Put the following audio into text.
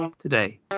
today